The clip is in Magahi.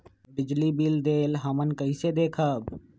बिजली बिल देल हमन कईसे देखब?